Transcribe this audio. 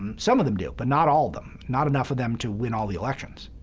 um some of them do, but not all of them. not enough of them to win all the elections,